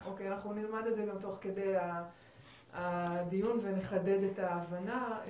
אנחנו נלמד את זה תוך כדי הדיון ונחדד את ההבנה.